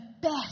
best